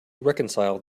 reconcile